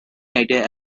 idea